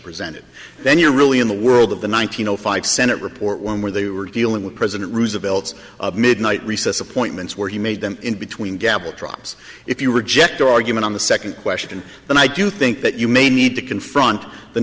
presented then you're really in the world of the one nine hundred five senate report one where they were dealing with president roosevelt's midnight recess appointments where he made them in between gavel drops if you reject the argument on the second question and i do think that you may need to confront the